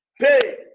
pay